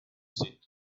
sit